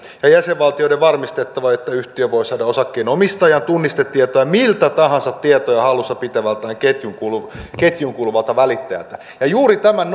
jäsenvaltioiden on varmistettava että yhtiö voi saada osakkeenomistajan tunnistetietoja miltä tahansa tietoja hallussa pitävään ketjuun kuuluvalta välittäjältä juuri tämän